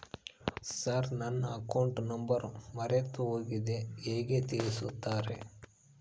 Sir ನನ್ನ account number ಮರೆತುಹೋಗಿದೆ ಹೇಗೆ ತಿಳಿಸುತ್ತಾರೆ?